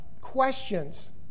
questions